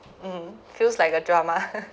mm feels like a drama